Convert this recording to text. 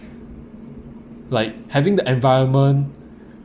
like having the environment